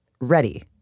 ready